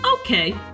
okay